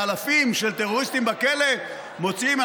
מאלפים של טרוריסטים בכלא מוציאים,